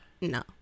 No